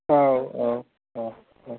औ